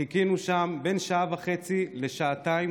חיכינו שם בין שעה וחצי לשעתיים.